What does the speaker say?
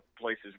places